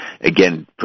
again